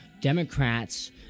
Democrats